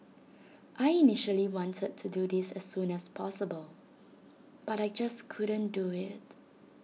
I initially wanted to do this as soon as possible but I just couldn't do IT